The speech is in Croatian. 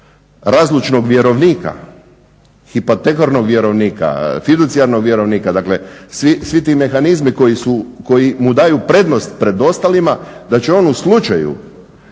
razlučnog vjerovnika, hipotekarnog vjerovnika, fiducijarnog vjerovnika, dakle svi ti mehanizmi koji mu daju prednost pred ostalim, da će on u slučaju